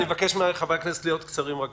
אבקש מחברי הכנסת לקצר בשאלותיהם.